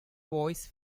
voice